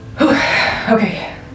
Okay